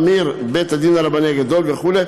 אמיר נ' בית-הדין הרבני הגדול וכו',